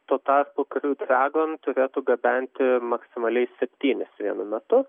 tuo tarpu kriu dragon turėtų gabenti maksimaliai septynis vienu metu